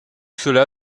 cela